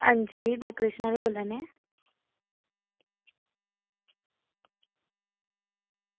अंजी डेकोरेशन आह्ले बोल्ला नै